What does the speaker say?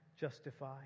justify